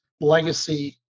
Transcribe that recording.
legacy